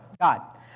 God